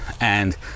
and-